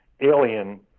Alien